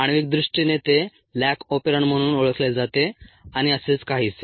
आण्विक दृष्टीने ते लॅक ओपेरॉन म्हणून ओळखले जाते आणि असेच काहीसे